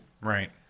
Right